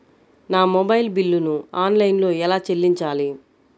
నా మొబైల్ బిల్లును ఆన్లైన్లో ఎలా చెల్లించాలి?